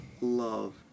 love